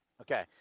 Okay